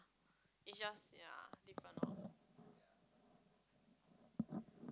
it just ya deepen orh